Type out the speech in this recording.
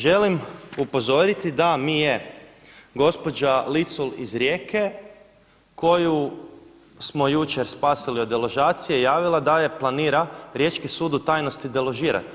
Želim upozoriti da mi je gospođa Licul iz Rijeke koju smo jučer spasili od deložacije javila da je planira riječki sud u tajnosti deložirati.